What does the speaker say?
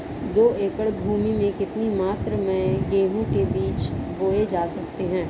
दो एकड़ भूमि में कितनी मात्रा में गेहूँ के बीज बोये जा सकते हैं?